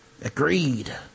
Agreed